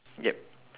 yup